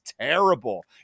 terrible